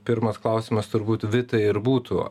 pirmas klausimas turbūt vitai ir būtų